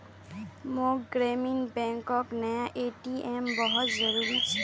मोक ग्रामीण बैंकोक नया ए.टी.एम बहुत जरूरी छे